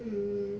mm